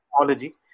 technology